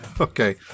Okay